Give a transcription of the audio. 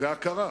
והכרה